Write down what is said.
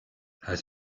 elle